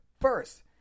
First